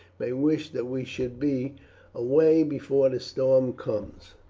may wish that we should be away before the storm comes.